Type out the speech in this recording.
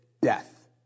death